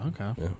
Okay